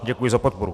Děkuji za podporu.